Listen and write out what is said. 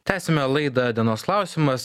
tęsiame laidą dienos klausimas